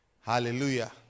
Hallelujah